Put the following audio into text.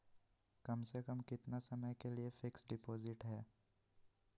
कम से कम कितना समय के लिए फिक्स डिपोजिट है?